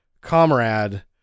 comrade